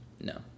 No